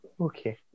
okay